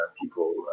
people